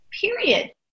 period